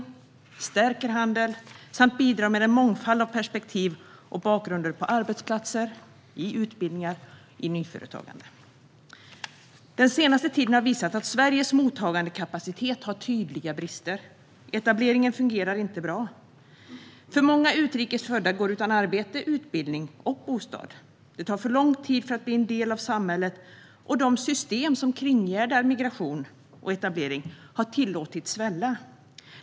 Dessutom stärker den handel och bidrar med en mångfald av perspektiv och olika bakgrund på arbetsplatser, i utbildningar och i nyföretagande. Den senaste tiden har visat att Sveriges mottagandekapacitet har tydliga brister. Etableringen fungerar inte bra. Många utrikes födda går utan arbete, utbildning och bostad. Det tar för lång tid att bli en del av samhället, och de system som kringgärdar migration och etablering har tillåtits att svälla.